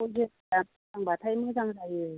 कगेस दा दांबाथाय मोजां जायो